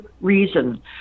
reason